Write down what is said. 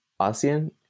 ASEAN